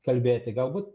kalbėti galbūt